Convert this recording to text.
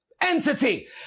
entity